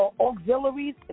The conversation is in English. auxiliaries